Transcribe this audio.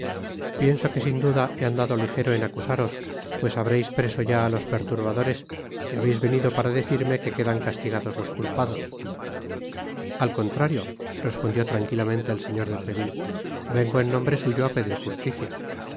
pienso que sin duda he andado ligero en acusaros pues habreis preso ya á los perturbadores y habeis venido para decirme que quedan castigados los culpados al contrario respondió tranquilamente el señor de treville vengo en nombre suyo á pedir justicia